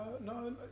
No